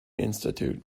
institute